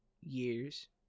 years